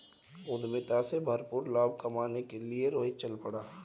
उद्यमिता से भरपूर लाभ कमाने के लिए रोहित चल पड़ा